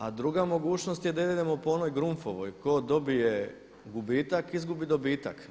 A druga mogućnost je da idemo po onoj Grunfovoj tko dobije gubitak izgubi dobitak.